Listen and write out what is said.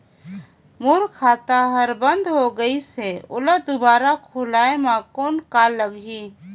मोर खाता हर बंद हो गाईस है ओला दुबारा खोलवाय म कौन का लगही?